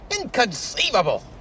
Inconceivable